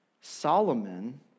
Solomon